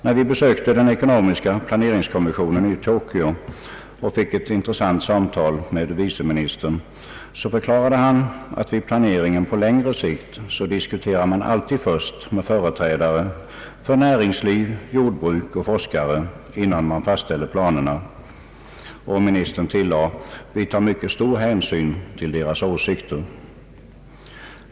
När vi besökte den ekonomiska planeringskommissionen i Tokio och fick ett intressant samtal med viceministern, förklarade han att man vid planeringen på längre sikt alltid först diskuterade med företrädare för näringsliv, jordbruk och forskning, innan planerna fastställdes. Och ministern tillade: Vi tar mycket stor hänsyn till deras åsikter.